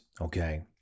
okay